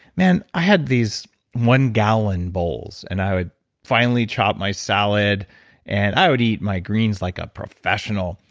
man, i had these one gallon bowls and i would finely chop my salad and i would eat my greens like a professional.